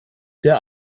der